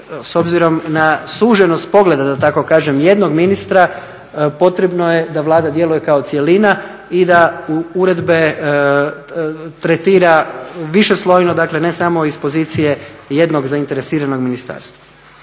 s obzirom na suženost pogleda da tako kažem jednog ministra potrebno je da Vlada djeluje kao cjelina i da uredbe tretira višeslojno dakle ne samo iz pozicije jednog zainteresiranog ministarstva.